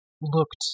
looked